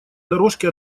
дорожке